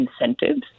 incentives